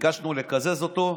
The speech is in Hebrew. ביקשנו לקזז אותו,